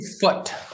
foot